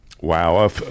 Wow